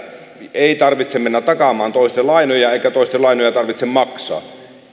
ei tarvitse mennä takaamaan toisten lainoja eikä toisten lainoja tarvitse maksaa